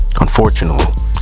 unfortunately